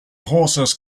horses